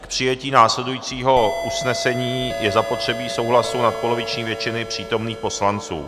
K přijetí následujícího usnesení je zapotřebí souhlasu nadpoloviční většiny přítomných poslanců.